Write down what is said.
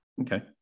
Okay